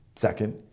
Second